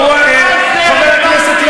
מה זה רלוונטי?